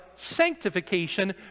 sanctification